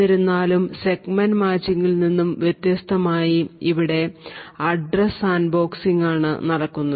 എന്നിരുന്നാലും സെഗ്മെന്റ് മാച്ചിംഗിൽ നിന്ന് വ്യത്യസ്തമായി ഇവിടെ അഡ്രസ്സ് സാൻഡ്ബോക്സിങ് ആണ് നടക്കുന്നത്